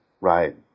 right